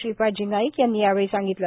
श्रीपादजी नाईक यांनी यावेळी सांगितलं